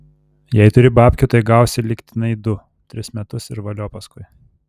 jei turi babkių tai gausi lygtinai du tris metus ir valio paskui